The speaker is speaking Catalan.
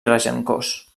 regencós